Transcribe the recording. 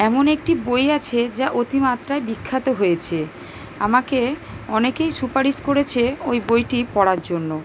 এমন একটি বই আছে যা অতি মাত্রায় বিখ্যাত হয়েছে আমাকে অনেকেই সুপারিশ করেছে ওই বইটি পড়ার জন্য